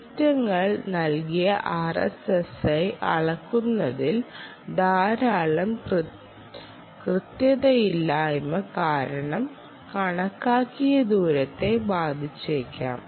സിസ്റ്റങ്ങൾ നൽകിയ RSSI അളക്കുന്നതിൽ ധാരാളം കൃത്യതയില്ലായ്മ കാരണം കണക്കാക്കിയ ദൂരത്തെ ബാധിച്ചേക്കാം